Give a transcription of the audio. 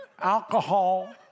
alcohol